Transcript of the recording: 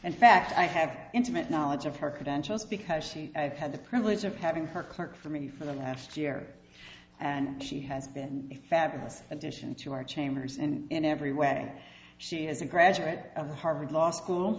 and fact i have intimate knowledge of her credentials because she i have had the privilege of having her clerk for me for the last year and she has been a fabulous addition to our chambers and in every way she is a graduate of the harvard law school